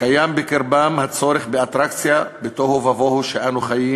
קיים בקרבם הצורך באטרקציה בתוהו ובוהו שאנו חיים